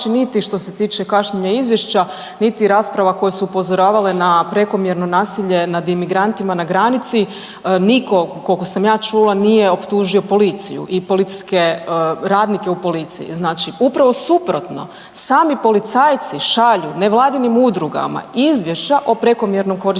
Znači niti što se tiče kašnjenja izvješća, niti rasprava koje su upozoravale na prekomjerno nasilje nad imigrantima na granici, niko kolko sam ja čula nije optužio policiju i policijske radnike u policiji. Znači upravo suprotno, sami policajci šalju nevladinim udrugama izvješća o prekomjernom korištenju